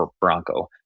Bronco